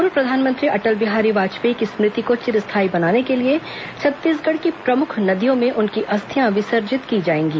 पूर्व प्रधानमंत्री अटल बिहारी वाजपेयी की स्मृति को चिरस्थायी बनाने के लिए छत्तीसगढ़ की प्रमुख नदियों में उनकी अस्थियां विसर्जित की जाएंगी